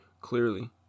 clearly